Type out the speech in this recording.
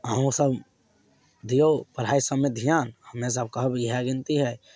अहूँ सब दियौ पढ़ाइ सबमे ध्यान हम्मे सब कहब इएह गिनती हइ